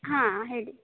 ಹಾಂ ಹೇಳಿ